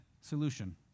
solution